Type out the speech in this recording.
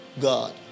God